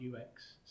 UX